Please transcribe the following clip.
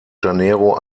janeiro